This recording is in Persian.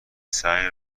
سنگ